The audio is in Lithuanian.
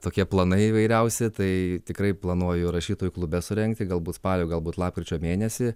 tokie planai įvairiausi tai tikrai planuoju rašytojų klube surengti galbūt spalio galbūt lapkričio mėnesį